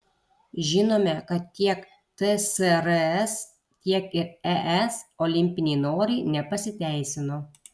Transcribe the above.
žinome kad tiek tsrs tiek ir es olimpiniai norai nepasiteisino